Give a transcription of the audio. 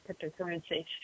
cryptocurrency